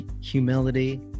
Humility